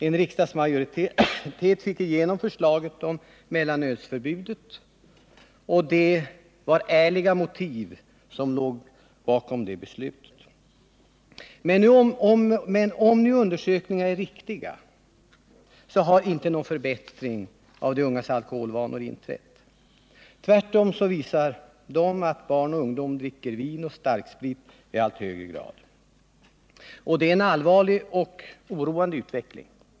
En riksdagsmajoritet fick igenom förslaget om mellanölsförbudet, och det var ärliga motiv som låg bakom det beslutet. Men om nu undersökningarna är riktiga så har inte någon förbättringavde Nr 44 ungas alkoholvanor inträffat. Tvärtom visar de att barn och ungdom dricker vin och starksprit i allt högre grad. Det är en allvarlig och oroande utveckling.